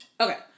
Okay